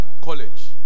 college